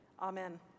Amen